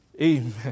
Amen